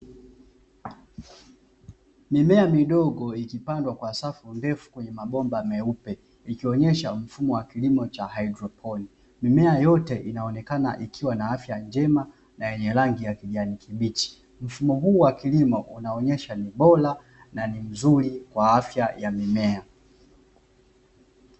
Mimea midogo ikipandwa kwa safu ndefu kwenye mabomba meupe, ikionyesha mfumo wa kilimo cha hydroponic. Mimea yote inaonekana na afya njema na yenye rangi ya kijani kibichi. Mfumo huu wa kilimo unaonyesha kuwa ni bora na ni mzuri kwa afya ya mimea.